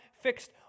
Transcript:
fixed